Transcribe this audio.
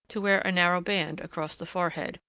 to wear a narrow band across the forehead,